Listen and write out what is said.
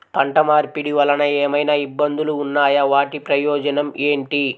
పంట మార్పిడి వలన ఏమయినా ఇబ్బందులు ఉన్నాయా వాటి ప్రయోజనం ఏంటి?